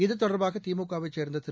இத்தொடர்பாக திமுகவைச் சேர்ந்த திரு